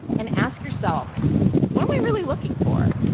and ask yourself what am i really looking for?